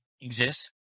exists